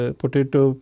potato